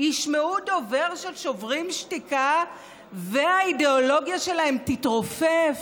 ישמעו דובר של שוברים שתיקה והאידיאולוגיה שלהם תתרופף?